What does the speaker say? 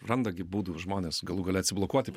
randa gi būdų žmones galų gale atsiblokuoti